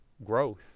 growth